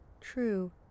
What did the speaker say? True